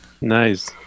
nice